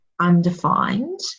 undefined